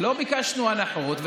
לא ביקשתם הנחות,